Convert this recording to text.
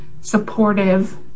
supportive